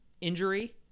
injury